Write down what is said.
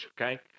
okay